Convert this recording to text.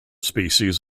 species